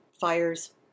fires